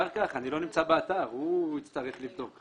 אחר כך אני לא נמצא באתר והוא יצטרך לבדוק.